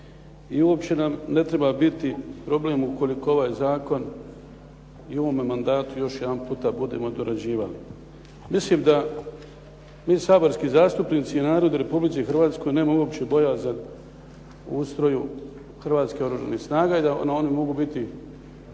i uopće nam ne treba biti problem ukoliko ovaj zakon i u ovome mandatu još jedanputa budemo dorađivali. Mislim da mi saborski zastupnici i narod u Republici Hrvatskoj nema uopće bojazan u ustroju hrvatskih Oružanih snaga i da oni mogu biti